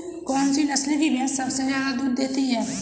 कौन सी नस्ल की भैंस सबसे ज्यादा दूध देती है?